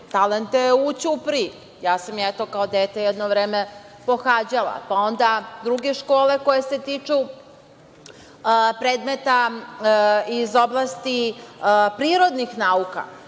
talente u Ćupriji. Ja sam kao dete jedno vreme pohađala, pa onda druge škole koje se tiču predmeta iz oblasti prirodnih nauka. Mislim